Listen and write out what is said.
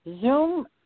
Zoom